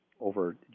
over